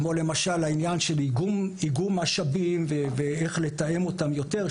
כמו למשל העניין של איגום משאבים ואיך לתאם אותם יותר,